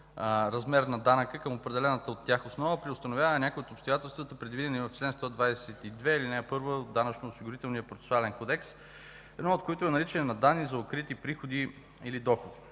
размер на данъка към определената от тях основа при установяване на някои от обстоятелствата, предвидени в чл. 122, ал. 1 от Данъчно-осигурителния процесуален кодекс, едно от които е наличие на данни за укрити приходи или доходи.